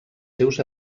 seus